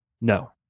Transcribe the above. no